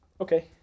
okay